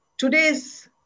Today's